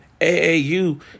AAU